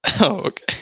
okay